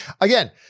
again